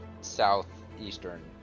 southeastern